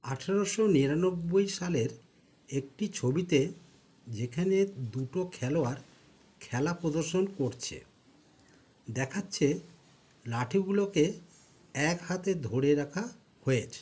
আঠেরোশো নিরানব্বই সালের একটি ছবিতে যেখানে দুটো খেলোয়াড় খেলা প্রদর্শন করছে দেখাচ্ছে লাঠিগুলোকে এক হাতে ধরে রাখা হয়েছে